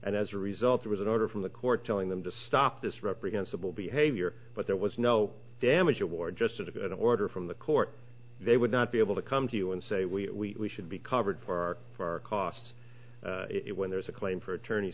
and as a result there was an order from the court telling them to stop this reprehensible behavior but there was no damage award just sort of an order from the court they would not be able to come to you and say we should be covered far far cost it when there's a claim for attorney